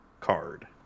card